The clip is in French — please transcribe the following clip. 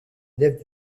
élève